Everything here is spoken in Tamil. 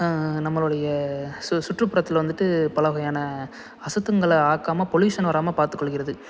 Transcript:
நம்மளோடய சு சுற்றுப்புறத்தில் வந்துட்டு பல வகையான அசுத்தங்களை ஆக்காமல் பொல்யூஷன் வராமல் பார்த்துக் கொள்கிறது